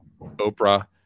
oprah